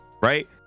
right